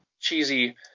cheesy